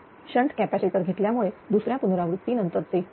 हे shunt capacitor घेतल्यामुळे दुसऱ्या पुनरावृत्ती नंतरचे